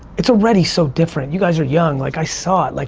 it's already so different, you guys are young, like i saw it, like